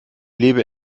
lebe